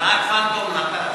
נהג "פנטום" נטש.